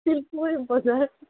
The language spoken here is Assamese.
শিলপুখুৰী বজাৰ